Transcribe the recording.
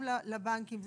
גם לבנקים.